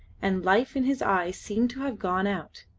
and life in his eyes seemed to have gone out.